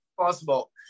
possible